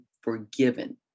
forgiven